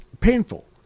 painful